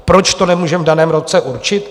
Proč to nemůžeme v daném roce určit?